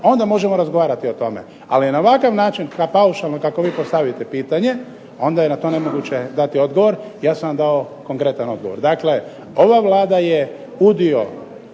onda možemo razgovarati o tome. Ali na ovakav način paušalno kako vi postavite pitanje onda je na to nemoguće dati odgovor, ja sam vam dao konkretan odgovor. Dakle, ova Vlada je u